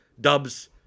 Dubs